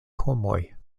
homoj